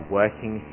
working